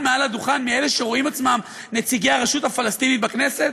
מעל הדוכן מאלה שרואים עצמם נציגי הרשות הפלסטינית בכנסת?